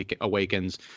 Awakens